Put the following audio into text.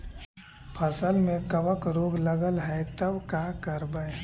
फसल में कबक रोग लगल है तब का करबै